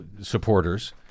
supporters